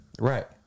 right